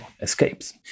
escapes